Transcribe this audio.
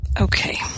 Okay